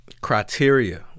criteria